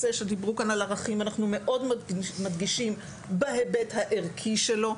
דיברו כאן על ערכים ואנחנו מאוד מדגישים בהיבט הערכי שלו.